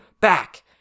back